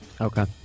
Okay